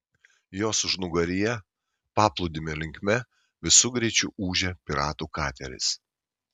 jos užnugaryje paplūdimio linkme visu greičiu ūžė piratų kateris